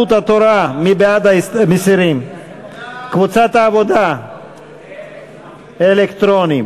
גמלאות, הסדר קרנות הפנסיה, תפעול מינהלת הגמלאות,